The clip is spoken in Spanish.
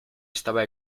estaba